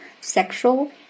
sexual